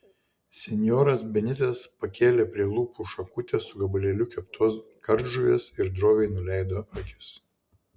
senjoras benitas pakėlė prie lūpų šakutę su gabalėliu keptos kardžuvės ir droviai nuleido akis